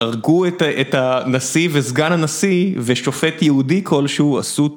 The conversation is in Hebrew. הרגו את הנשיא וסגן הנשיא ושופט יהודי כלשהו עשו